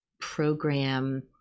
program